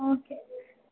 okay